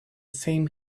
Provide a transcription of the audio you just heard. same